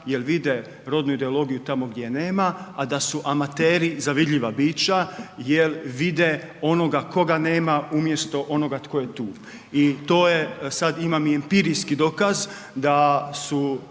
jer vide rodu ideologiju tamo gdje je nema, a da su amateri za vidljiva bića jer vide onoga koga nema umjesto onoga tko je tu. I to je sad imam i empirijski dokaz da su,